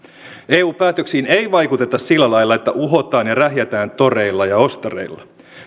eu päätöksiin ei vaikuteta sillä lailla että uhotaan ja rähjätään toreilla ja ostareilla